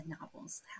novels